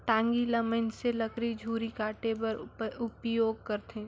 टागी ल मइनसे लकरी झूरी काटे बर उपियोग करथे